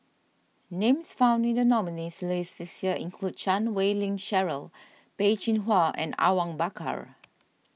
names found in the nominees' list this year include Chan Wei Ling Cheryl Peh Chin Hua and Awang Bakar